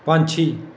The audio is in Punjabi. ਪੰਛੀ